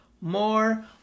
more